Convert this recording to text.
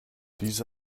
diese